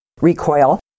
recoil